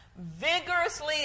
vigorously